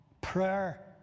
prayer